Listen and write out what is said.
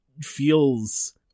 feels